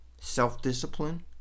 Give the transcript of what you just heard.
Self-discipline